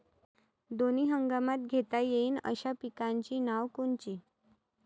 दोनी हंगामात घेता येईन अशा पिकाइची नावं कोनची?